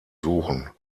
suchen